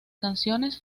canciones